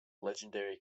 legendary